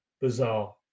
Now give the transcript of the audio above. bizarre